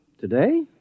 Today